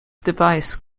device